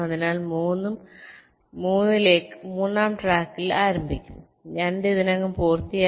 അതിനാൽ 3 മൂന്നാം ട്രാക്കിൽ ആരംഭിക്കും 2 ഇതിനകം പൂർത്തിയായി